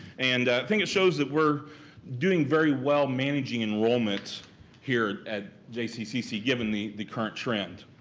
and i think it shows that we're doing very well managing enrollment here at jccc given the the current trend.